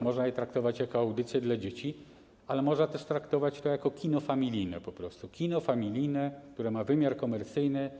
Można je traktować jako audycje dla dzieci, ale można też traktować jako kino familijne po prostu, kino familijne, które ma wymiar komercyjny.